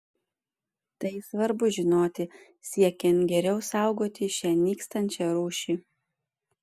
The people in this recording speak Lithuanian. tai svarbu žinoti siekiant geriau saugoti šią nykstančią rūšį